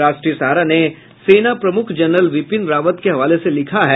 राष्ट्रीय सहारा ने सेना प्रमुख जनरल विपिन रावत के हवाले से लिखा है